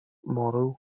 motto